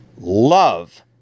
love